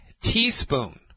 teaspoon